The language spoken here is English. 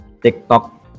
TikTok